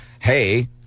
hey